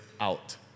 out